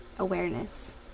awareness